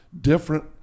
different